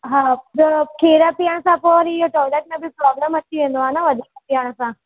हा ॿियों खीरु पीअण सां पोइ वरी इहो टॉइलेट में बि प्रॉब्लम अची वेंदो आहे वधीक पीअण सां